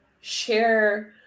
share